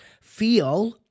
feel